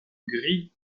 gris